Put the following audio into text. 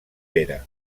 pere